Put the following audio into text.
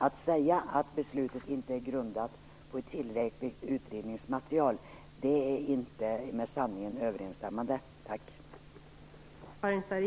Att säga att beslutet inte är grundat på ett tillräckligt utredningsmaterial är inte med sanningen överensstämmande.